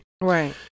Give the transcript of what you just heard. Right